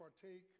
partake